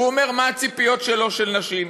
הוא אומר מה הציפיות שלו מנשים: